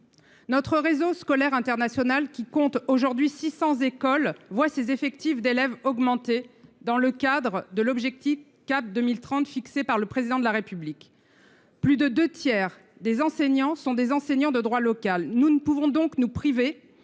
Notre réseau scolaire international, qui compte 600 écoles, voit ses effectifs d’élèves augmenter dans le cadre de l’objectif « Cap 2030 » fixé par le Président de la République. Plus de deux tiers des enseignants du réseau relèvent du droit local ; nous ne pouvons donc nous priver